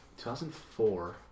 2004